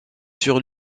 sur